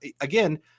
again